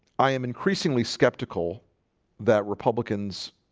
i am increasingly skeptical that republicans